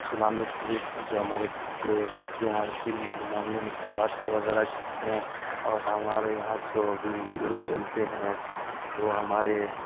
Islamic group جو ہمارے بچے بچیاں علم کے معاملے میں کچھ باتیں وغیرہ کرتے ہیں اور ہمارے یہاں جو بھی گروپ چلتے ہیں وہ ہمارے